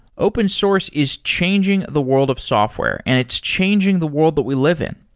open source is changing the world of software and it's changing the world that we live in.